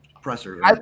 presser